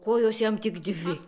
kojos jam tik dvi